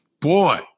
boy –